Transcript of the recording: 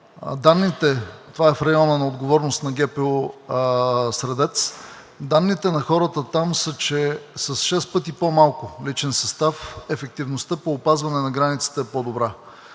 три – това е в района на отговорност на ГПУ – Средец, данните на хората там са, че с шест пъти по-малко личен състав ефективността по опазване на границата е по-добра.